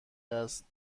است